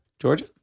Georgia